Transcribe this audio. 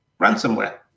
ransomware